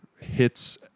hits